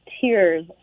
tears